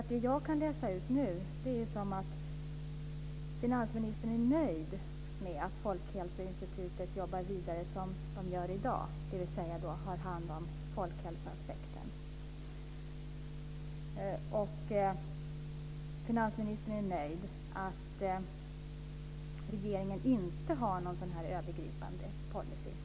Det jag kan läsa in i svaret är att finansministern är nöjd med att Folkhälsoinstitutet jobbar vidare som i dag, dvs. har hand om folkhälsoaspekten. Finansministern är nöjd med att regeringen inte har någon övergripande policy.